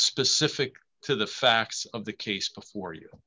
specific to the facts of the case before you